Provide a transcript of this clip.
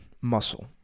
muscle